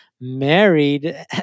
married